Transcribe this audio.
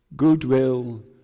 Goodwill